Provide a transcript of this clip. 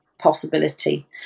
Possibility